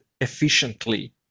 efficiently